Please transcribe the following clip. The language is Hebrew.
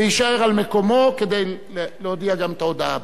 ויישאר על מקומו כדי להודיע גם את ההודעה הבאה.